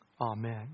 Amen